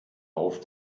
auf